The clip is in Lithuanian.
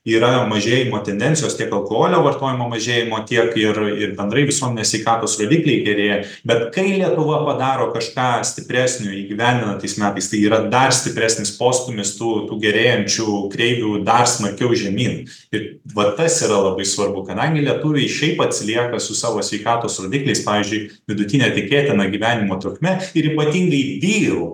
yra mažėjimo tendencijos tiek alkoholio vartojimo mažėjimo tiek ir ir bendrai visuomenės sveikatos rodikliai gerėja bet kai lietuva padaro kažką stipresnio įgyvendina tais metais tai yra dar stipresnis postūmis tų tų gerėjančių kreivių dar smarkiau žemyn ir va tas yra labai svarbu kadangi lietuviai šiaip atsilieka su savo sveikatos rodikliais pavyzdžiui vidutine tikėtina gyvenimo trukme ir ypatingai vyrų